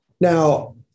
now